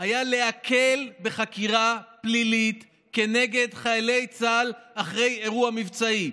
הייתה להקל בחקירה פלילית כנגד חיילי צה"ל אחרי אירוע מבצעי.